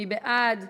מי בעד?